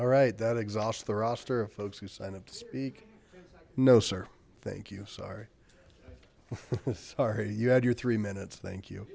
all right that exhausts the roster of folks who signed up to speak no sir thank you sorry sorry you had your three minutes thank you